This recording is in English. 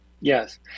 Yes